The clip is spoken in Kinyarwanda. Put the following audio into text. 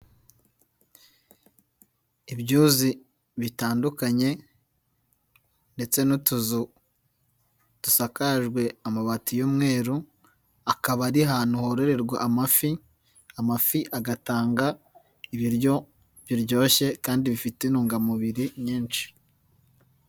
Ibyuzi bitandukanye ndetse n'utuzu dusakajwe amabati y'umweru akaba ari ahantu hororerwa amafi, amafi agatanga ibiryo biryoshye kandi bifite intungamubiri nyinshi.